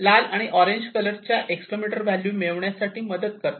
लाल आणि ऑरेंज कलरच्या या एक्सेलरोमीटरच्या व्हॅल्यू मिळविण्यासाठी मदत करतात